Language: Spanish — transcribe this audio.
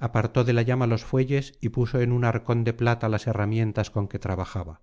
apartó de la llama los fuelles y puso en un arcón de plata las herramientas con que trabajaba